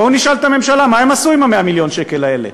בואו נשאל את הממשלה: מה הם עשו עם 100 מיליון השקל האלה?